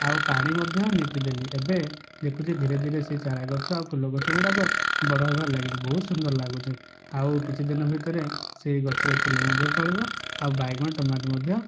ଆଉ ପାଣି ମଧ୍ୟ ନିତି ଦେଲି ଏବେ ଦେଖୁଛି ଧୀରେ ଧୀରେ ସେ ଚାରା ଗଛ ଆଉ ଫୁଲ ଗଛଗୁଡ଼ାକ ବଡ଼ ହେବାରେ ଲାଗିଛି ବହୁତ ସୁନ୍ଦର ଲାଗୁଛି ଆଉ କିଛି ଦିନ ଭିତରେ ସେହି ଗଛରେ ଫୁଲ ମଧ୍ୟ ଫଳିବ ଆଉ ବାଇଗଣ ଟମାଟୋ ମଧ୍ୟ